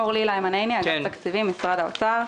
אורלי ליימן עיני, אגף תקציבים, משרד האוצר.